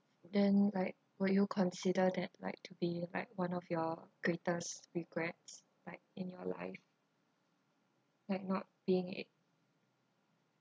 then like would you consider that like to be like one of your greatest regrets like in your life like not being a